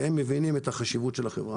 והם מבינים את החשיבות של החברה,